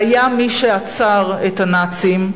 והיה מי שעצר את הנאצים,